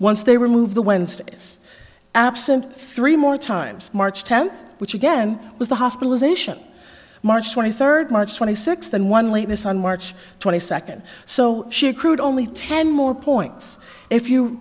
once they remove the wednesday is absent three more times march tenth which again was the hospitalization march twenty third march twenty sixth and one late was on march twenty second so she accrued only ten more points if you